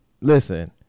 listen